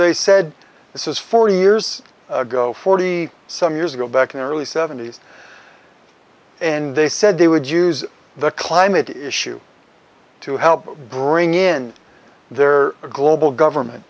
they said this is forty years ago forty some years ago back in the early seventy's and they said they would use the climate issue to help bring in their global government